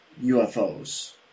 UFOs